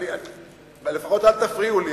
לפחות אל תפריעו לי.